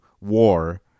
war